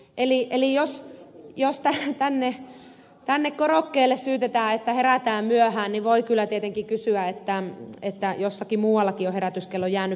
eli jos tänne korokkeelle syytetään että herätään myöhään niin voi kyllä tietenkin kysyä onko jossakin muuallakin herätyskello jäänyt pirisemättä